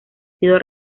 sido